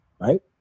right